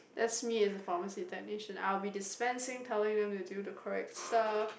that's me as a pharmacy technician I will be dispensing telling them to do the correct stuff